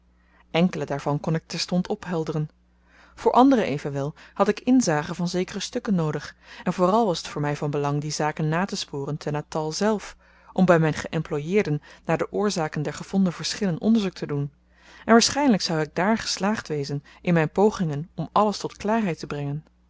enkelen daarvan kon ik terstond ophelderen voor anderen evenwel had ik inzage van zekere stukken noodig en vooral was t voor my van belang die zaken natesporen te natal zelf om by myn geëmployeerden naar de oorzaken der gevonden verschillen onderzoek te doen en waarschynlyk zou ik dààr geslaagd wezen in myn pogingen om alles tot klaarheid te brengen